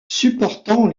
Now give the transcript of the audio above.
supportant